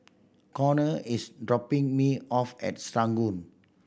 Conner is dropping me off at Serangoon